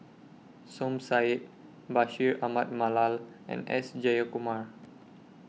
Som Said Bashir Ahmad Mallal and S Jayakumar